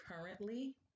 currently